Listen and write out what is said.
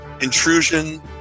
intrusion